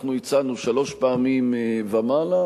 אנחנו הצענו שלוש פעמים ומעלה,